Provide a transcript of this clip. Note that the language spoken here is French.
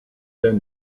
der